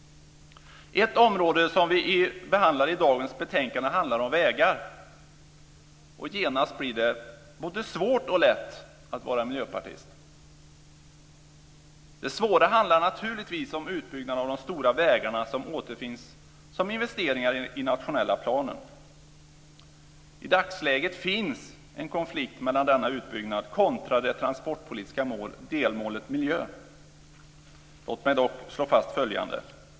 Ett område som vi behandlar i dagens betänkande är vägar. Genast blir det både svårt och lätt att vara miljöpartist. Det svåra handlar om utbyggnaden av de stora vägarna, som återfinns som investeringar i den nationella planen. I dagsläget finns en konflikt mellan denna utbyggnad och det transportpolitiska delmålet miljö. Låt mig dock slå fast följande.